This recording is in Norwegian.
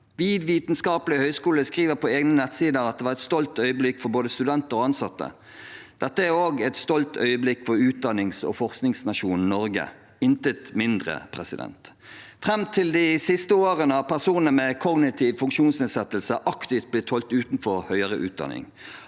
Vitenskapelige høyskole skriver på egne nettsider at det var et stolt øyeblikk for både studenter og ansatte. Dette er også et stolt øyeblikk for utdannings- og forskningsnasjonen Norge – intet mindre. Fram til de siste årene har personer med kognitiv funksjonsnedsettelse aktivt blitt holdt utenfor høyere utdanning,